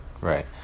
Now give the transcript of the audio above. right